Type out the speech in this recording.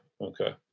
Okay